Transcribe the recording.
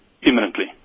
Imminently